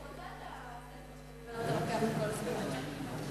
אני רוצה את הספר שממנו אתה לוקח את כל הסיפורים האלה.